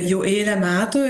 jau eilę metų